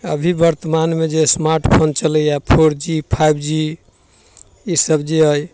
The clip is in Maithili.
अभी वर्तमानमे जे इसमार्ट फोन चलैए फोर जी फाइव जी ईसब जे अइ